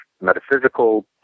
metaphysical